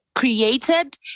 Created